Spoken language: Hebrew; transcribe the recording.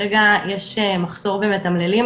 כרגע יש מחסור במתמללים,